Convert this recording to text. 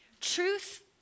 Truth